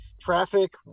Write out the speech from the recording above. traffic